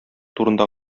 турында